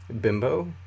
Bimbo